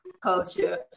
culture